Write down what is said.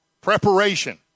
preparation